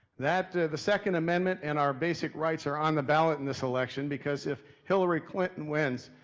that, the second amendment, and our basic rights are on the ballot in this election because if hillary clinton wins,